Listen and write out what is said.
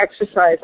exercise